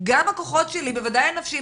גם הכוחות שלי,